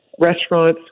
restaurants